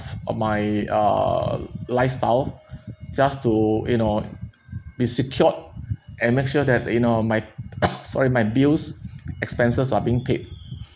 or my uh lifestyle just to you know be secured and make sure that you know my sorry my bills expenses are being paid